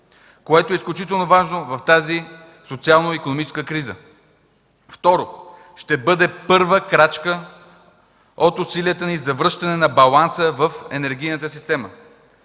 което е изключително важно в тази социално-икономическа криза. Второ, ще бъде първа крачка от усилията ни за връщане на баланса в енергийната система.